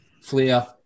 Flair